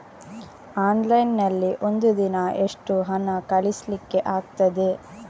Online ನಲ್ಲಿ ಒಂದು ದಿನ ಎಷ್ಟು ಹಣ ಕಳಿಸ್ಲಿಕ್ಕೆ ಆಗ್ತದೆ?